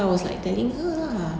so I was like telling her ah